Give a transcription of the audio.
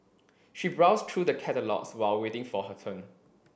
she browsed through the catalogues while waiting for her turn